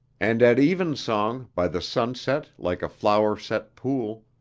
and at evensong, by the sunset like a flowerset pool,